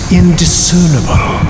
indiscernible